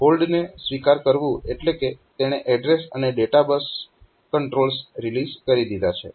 હોલ્ડને સ્વીકાર કરવું એટલે કે તેણે એડ્રેસ અને ડેટા બસ કંટ્રોલ્સ રિલીઝ કરી દીધા છે